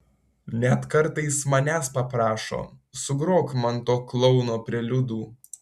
net kartais manęs paprašo sugrok man to klouno preliudų